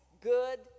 good